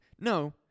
No